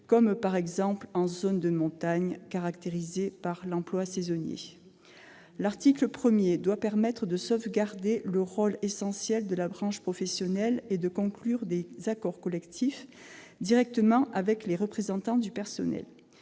par exemple en zone de montagne, où elle se caractérise par le recours à l'emploi saisonnier. L'article 1 doit permettre de sauvegarder le rôle essentiel de la branche professionnelle et de conclure des accords collectifs directement avec les représentants du personnel.